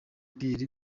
pierre